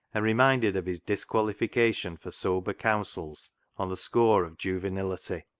and reminded of his disqualification for sober counsels on the score of juvenility.